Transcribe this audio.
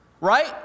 Right